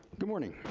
good morning.